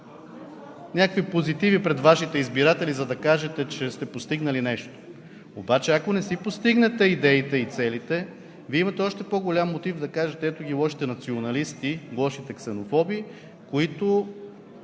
някакви позитиви пред Вашите избиратели, за да кажете, че сте постигнали нещо. Обаче ако не си постигнете идеите и целите, Вие имате още по-голям мотив да кажете: ето ги лошите националисти, лошите ксенофоби, които